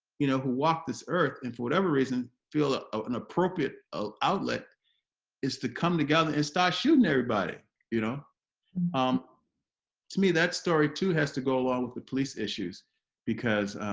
you know who walk this earth and for whatever reason feel ah and appropriate ah outlet is to come together and start shooting everybody you know um to me that story too has to go along with the police issues because